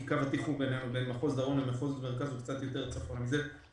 כי קו התפר בין מחוז דרום למחוז מרכז הוא קצת יותר צפונה מזה,